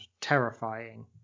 terrifying